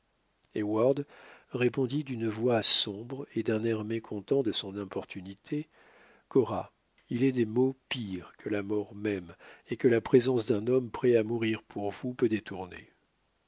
heyward répondit d'une voix sombre et d'un air mécontent de son importunité cora il est des maux pires que la mort même et que la présence d'un homme prêt à mourir pour vous peut détourner